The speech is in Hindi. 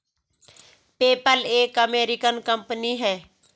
पेपल एक अमेरिकन कंपनी है